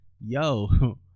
yo